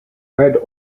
led